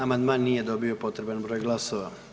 Amandman nije dobio potreban broj glasova.